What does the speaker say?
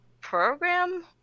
program